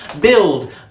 Build